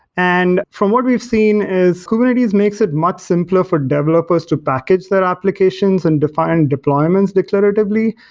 and from what we've seen is kubernetes makes it much simpler for developers to package their applications and define deployments declaratively,